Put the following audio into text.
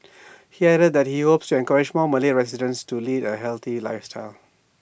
he added that he hopes to encourage more Malay residents to lead A healthy lifestyle